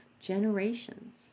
Generations